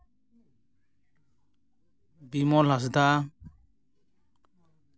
ᱵᱤᱢᱚᱱᱞ ᱦᱟᱸᱥᱫᱟ